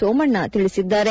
ಸೋಮಣ್ಣ ತಿಳಿಸಿದ್ದಾರೆ